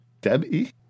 Debbie